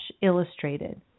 illustrated